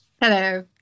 Hello